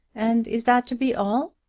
and is that to be all?